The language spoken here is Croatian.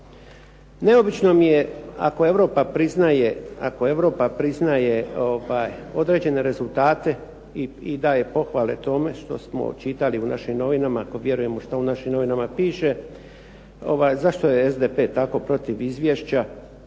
Neobično mi je ako Europa priznaje određene rezultate i daje pohvale tome što smo čitali u našim novinama, ako vjerujemo šta u našim novinama piše, zašto je SDP tako protiv izvješća